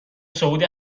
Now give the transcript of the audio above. صعود